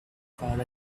found